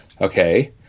Okay